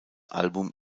album